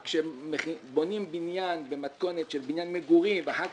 כשבונים בניין במתכונת של בניין מגורים ואחר כך